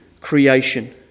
creation